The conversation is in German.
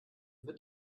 wird